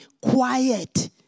quiet